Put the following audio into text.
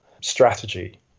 strategy